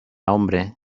hombre